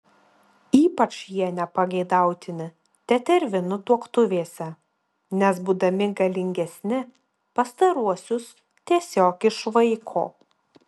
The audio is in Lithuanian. ypač jie nepageidautini tetervinų tuokvietėse nes būdami galingesni pastaruosius tiesiog išvaiko